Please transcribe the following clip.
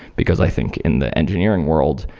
because i think in the engineering world,